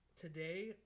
today